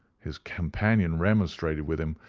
his companion remonstrated with him,